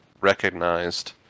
recognized